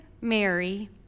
Mary